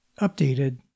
updated